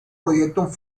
proyectos